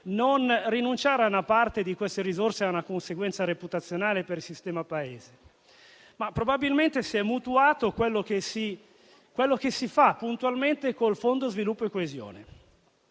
poi, rinunciare a una parte di queste risorse è una conseguenza reputazionale per il sistema Paese, ma probabilmente si è mutuato quello che si fa puntualmente col Fondo sviluppo e coesione.